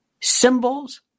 symbols